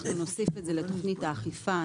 אנחנו נוסיף את זה לתוכנית האכיפה,